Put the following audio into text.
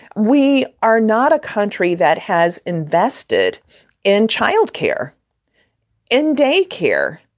we are not a country that has invested in childcare in day care,